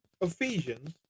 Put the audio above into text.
Ephesians